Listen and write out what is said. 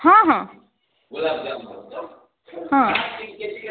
ହଁ ହଁ ହଁ